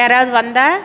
யாராவது வந்தால்